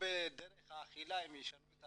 בדרך אכילה הם ישנו את